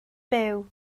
byw